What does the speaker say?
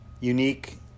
unique